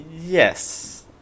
yes